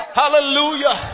hallelujah